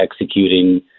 executing